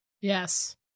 Yes